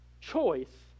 choice